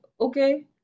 Okay